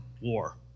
war